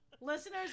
Listeners